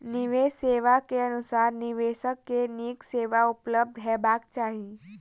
निवेश सेवा के अनुसार निवेशक के नीक सेवा उपलब्ध हेबाक चाही